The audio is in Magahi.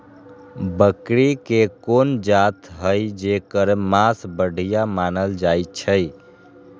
बकरी के कोन जात हई जेकर मास बढ़िया मानल जाई छई?